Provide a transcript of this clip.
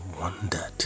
wondered